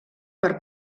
per